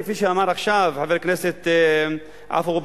כפי שאמר עכשיו חבר הכנסת עפו אגבאריה,